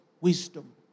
wisdom